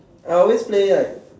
I always play like